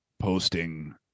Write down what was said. posting